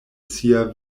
sia